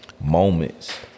moments